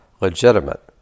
legitimate